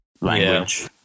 language